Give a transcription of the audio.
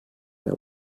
der